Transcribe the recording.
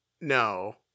no